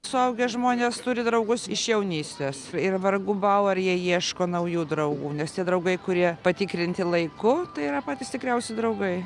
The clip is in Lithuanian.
suaugę žmonės turi draugus iš jaunystės ir vargu bau ar jie ieško naujų draugų nes tie draugai kurie patikrinti laiku tai yra patys tikriausi draugai